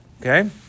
Okay